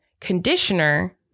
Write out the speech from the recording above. conditioner